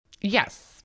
Yes